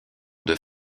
deux